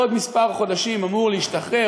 בעוד כמה חודשים הוא אמור להשתחרר,